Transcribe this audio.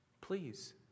Please